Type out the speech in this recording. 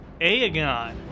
Aegon